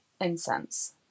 incense